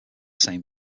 same